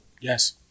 Yes